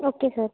okay sir